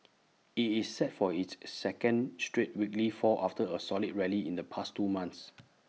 IT is set for its second straight weekly fall after A solid rally in the past two months